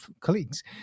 colleagues